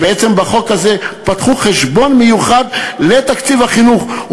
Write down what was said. ובעצם לפי החוק הזה פתחו חשבון מיוחד לתקציב החינוך,